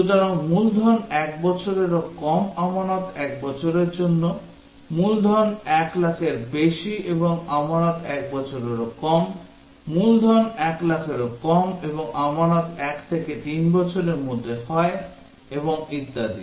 সুতরাং মূলধন 1 বছরেরও কম আমানত 1 বছরের জন্য মূলধন 1 লাখের বেশি এবং আমানত 1 বছরেরও কম মূলধন 1 লাখেরও কম এবং আমানত 1 থেকে 3 বছরের মধ্যে হয় এবং ইত্যাদি